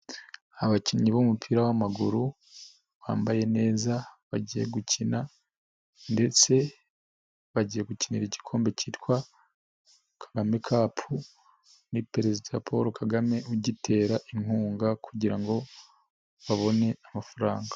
Abakinnyi b'umupira w'amaguru, bambaye neza, bagiye gukina ndetse bagiye gukinira igikombe cyitwa Kagame cup, ni Perezida Paul Kagame ugitera inkunga kugira ngo babone amafaranga.